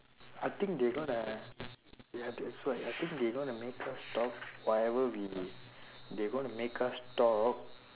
I think they gonna ya that's why I think they gonna make us talk whatever we they gonna make us talk